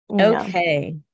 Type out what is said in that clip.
Okay